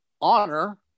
honor